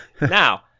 Now